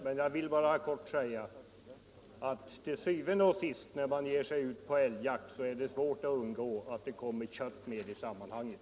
Men jag vill helt kort säga att til syvende og sidst är det när man ger sig ut på älgjakt svårt att undgå att det kommer kött med i sammanhanget.